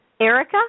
Erica